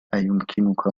أيمكنك